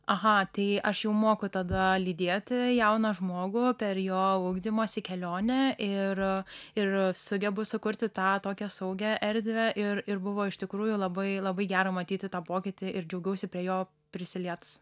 aha aš jau moku tada lydėti jauną žmogų per jo ugdymosi kelionę ir ir sugebu sukurti tą tokią saugią erdvę ir ir buvo iš tikrųjų labai labai gera matyti tą pokytį ir džiaugiausi prie jo prisilietus